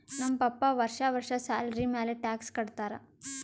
ನಮ್ ಪಪ್ಪಾ ವರ್ಷಾ ವರ್ಷಾ ಸ್ಯಾಲರಿ ಮ್ಯಾಲ ಟ್ಯಾಕ್ಸ್ ಕಟ್ಟತ್ತಾರ